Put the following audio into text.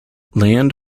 land